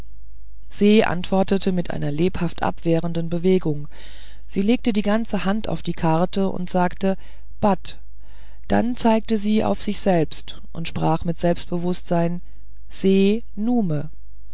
se antwortete mit einer lebhaft abwehrenden bewegung sie legte die ganze hand auf die karte und sagte bat dann zeigte sie auf sich selbst und sprach mit selbstbewußtsein se nume